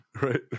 right